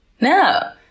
No